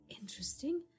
interesting